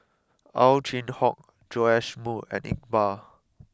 Ow Chin Hock Joash Moo and Iqbal